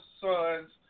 sons